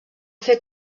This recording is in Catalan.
fer